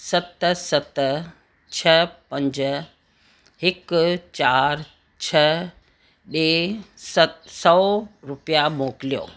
सत सत छह पंज हिकु चारि छह ॾिए सत सौ रुपया मोकिलियो